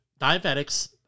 diabetics